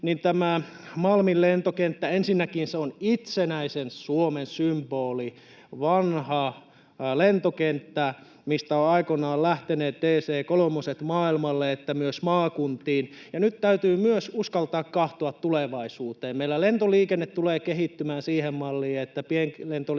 tämä Malmin lentokenttä on ensinnäkin itsenäisen Suomen symboli, vanha lentokenttä, mistä ovat aikoinaan lähteneet DC-kolmoset sekä maailmalle että myös maakuntiin. Ja nyt täytyy myös uskaltaa katsoa tulevaisuuteen. Meillä lentoliikenne tulee kehittymään siihen malliin, että pienlentoliikennetoiminnan